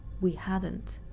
we hadn't.